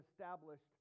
established